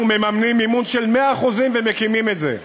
אנחנו מממנים מימון של 100% ומקימים את זה,